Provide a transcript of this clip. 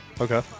okay